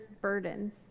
burdens